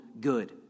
good